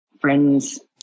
friends